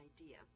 idea